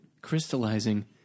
crystallizing